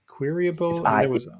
queryable